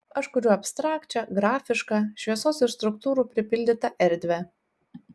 aš kuriu abstrakčią grafišką šviesos ir struktūrų pripildytą erdvę